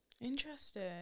Interesting